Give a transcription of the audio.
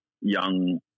young